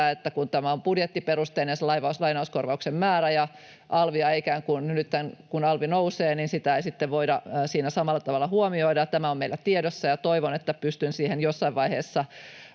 määrä on budjettiperusteinen ja kun alvi nousee, niin sitä ei sitten voida siinä samalla tavalla huomioida. Tämä on meillä tiedossa, ja toivon, että pystyn siihen jossain vaiheessa